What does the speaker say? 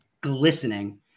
glistening